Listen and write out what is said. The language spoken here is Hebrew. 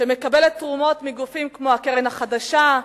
המקבלת תרומות מגופים כמו הקרן החדשה,